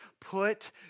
put